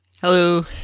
Hello